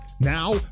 Now